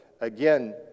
again